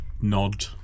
nod